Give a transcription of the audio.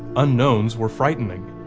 unknowns were frightening,